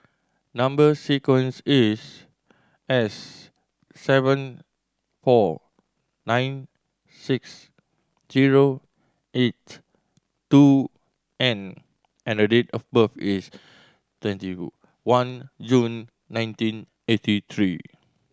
number sequence is S seven four nine six zero eight two N and the date of birth is twenty one June nineteen eighty three